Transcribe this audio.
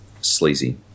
sleazy